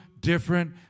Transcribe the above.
different